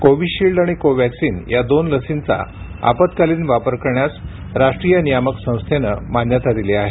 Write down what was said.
Covishield आणि Covaxin या दोन लसींचा आपत्कालीन वापर करण्यास राष्ट्रीय नियामक संस्थेनं मान्यता दिली आहे